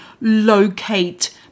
locate